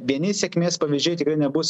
vieni sėkmės pavyzdžiai tikrai nebus